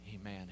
amen